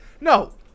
No